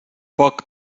poc